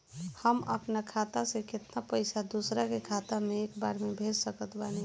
हम अपना खाता से केतना पैसा दोसरा के खाता मे एक बार मे भेज सकत बानी?